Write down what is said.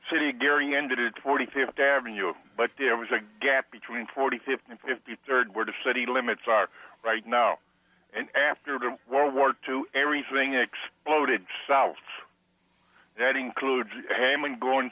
city gary ended forty fifth avenue but there was a gap between forty fifth and fifty third were the city limits are right now and after world war two everything exploded south that includes haman going